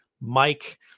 Mike